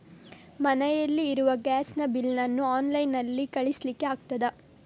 ಮನೆಯಲ್ಲಿ ಇರುವ ಗ್ಯಾಸ್ ನ ಬಿಲ್ ನ್ನು ಆನ್ಲೈನ್ ನಲ್ಲಿ ಕಳಿಸ್ಲಿಕ್ಕೆ ಆಗ್ತದಾ?